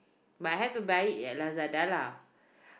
but I haven't buy it yet at Lazada lah